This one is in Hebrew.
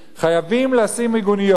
חייבים לשים מיגוניות.